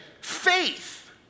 Faith